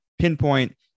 pinpoint